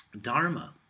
Dharma